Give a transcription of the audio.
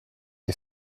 you